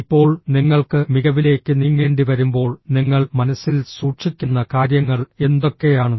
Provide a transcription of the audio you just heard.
ഇപ്പോൾ നിങ്ങൾക്ക് മികവിലേക്ക് നീങ്ങേണ്ടിവരുമ്പോൾ നിങ്ങൾ മനസ്സിൽ സൂക്ഷിക്കുന്ന കാര്യങ്ങൾ എന്തൊക്കെയാണ്